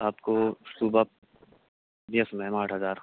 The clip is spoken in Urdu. آپ کو صبح یس میم آٹھ ہزار